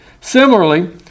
Similarly